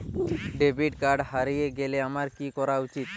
Debit card হারিয়ে গেলে আমার কি করা উচিৎ?